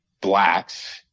blacks